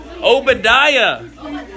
obadiah